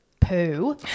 poo